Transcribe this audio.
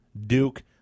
Duke